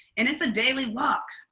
and it's a daily walk.